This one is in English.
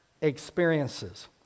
experiences